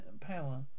power